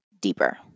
deeper